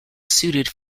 suited